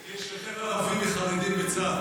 זה כי יש יותר ערבים מחרדים בצה"ל.